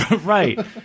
right